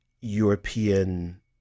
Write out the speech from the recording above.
European